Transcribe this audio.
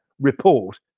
report